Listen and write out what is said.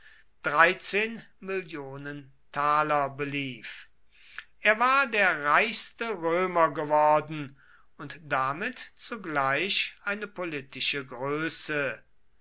mill taler belief er war der reichste römer geworden und damit zugleich eine politische größe